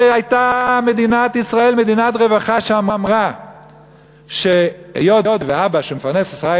והייתה מדינת ישראל מדינת רווחה שאמרה שהיות שאבא שמפרנס עשרה